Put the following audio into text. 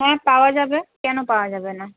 হ্যাঁ পাওয়া যাবে কেন পাওয়া যাবে না